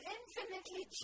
infinitely